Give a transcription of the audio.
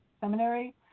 seminary